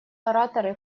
ораторы